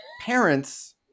Parents